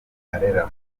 arera